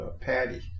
Patty